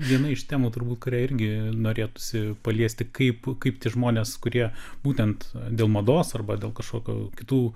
viena iš temų turbūt kurią irgi norėtųsi paliesti kaip kaip tie žmonės kurie būtent dėl mados arba dėl kažkokių kitų